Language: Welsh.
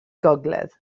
gogledd